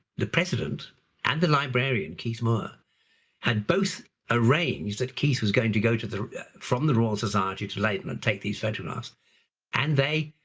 the president and the librarian keith moore had both arranged that keith was going to go to from the royal society to leiden and take these photographs. and they,